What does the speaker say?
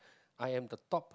I am the top